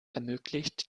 ermöglicht